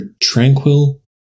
tranquil